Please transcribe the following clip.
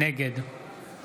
נגד